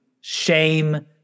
shame